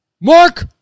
mark